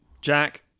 Jack